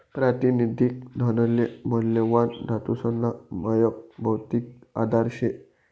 प्रातिनिधिक धनले मौल्यवान धातूसना मायक भौतिक आधार शे